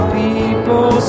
people